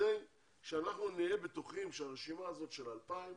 כדי שאנחנו נהיה בטוחים שהרשימה הזאת של ה-2,000